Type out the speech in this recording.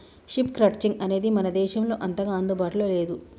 sheep crutching అనేది మన దేశంలో అంతగా అందుబాటులో లేదు